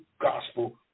gospel